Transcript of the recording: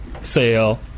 Sale